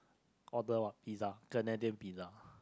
order what pizza Canadian Pizza